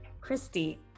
Christy